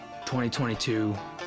2022